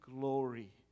glory